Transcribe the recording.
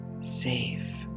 safe